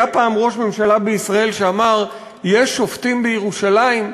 היה פעם ראש ממשלה בישראל שאמר: "יש שופטים בירושלים".